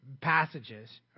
passages